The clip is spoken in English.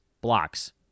blocks